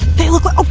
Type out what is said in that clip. they look like